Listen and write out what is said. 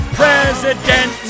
president